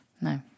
No